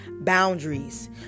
boundaries